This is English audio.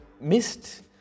missed